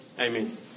Amen